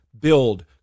build